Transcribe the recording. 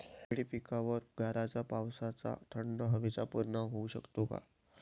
केळी पिकावर गाराच्या पावसाचा, थंड हवेचा परिणाम होऊ शकतो का?